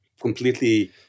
completely